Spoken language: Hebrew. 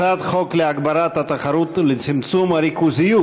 הצעת חוק להגברת התחרות ולצמצום הריכוזיות